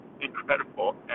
incredible